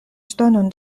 ŝtonon